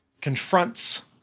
confronts